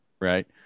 Right